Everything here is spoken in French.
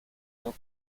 nos